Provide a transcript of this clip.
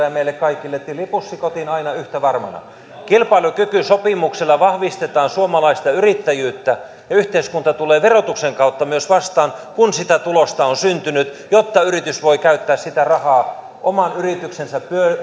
ja meille kaikille tilipussi kotiin aina yhtä varmana kilpailukykysopimuksella vahvistetaan suomalaista yrittäjyyttä ja yhteiskunta tulee verotuksen kautta myös vastaan kun sitä tulosta on syntynyt jotta yritys voi käyttää sitä rahaa oman yrityksensä